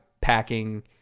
packing